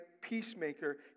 peacemaker